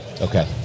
Okay